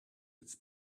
its